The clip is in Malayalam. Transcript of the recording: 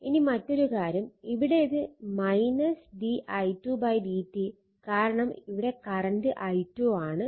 ഇനി മറ്റൊരു കാര്യം ഇവിടെ ഇത് M di2 dt കാരണം ഇവിടെ കറണ്ട് i2 ആണ്